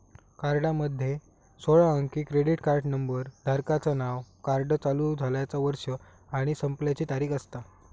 कार्डामध्ये सोळा अंकी क्रेडिट कार्ड नंबर, धारकाचा नाव, कार्ड चालू झाल्याचा वर्ष आणि संपण्याची तारीख असता